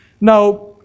now